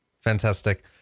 Fantastic